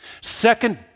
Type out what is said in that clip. Second